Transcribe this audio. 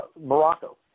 Morocco